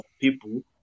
people